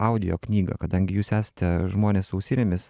audio knygą kadangi jūs esate žmonės ausinėmis